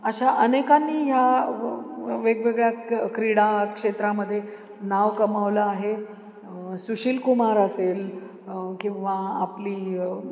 अशा अनेकांनी ह्या वेगवेगळ्या क क्रीडा क्षेत्रामध्ये नाव कमावलं आहे सुशील कुमार असेल किंवा आपली